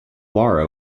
lara